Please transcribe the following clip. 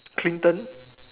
clinton